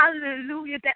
Hallelujah